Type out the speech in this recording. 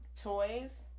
Toys